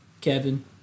Kevin